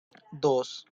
dos